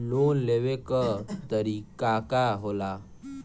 Loan लेवे क तरीकाका होला?